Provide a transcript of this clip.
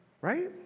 right